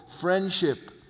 friendship